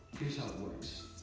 here's how it works.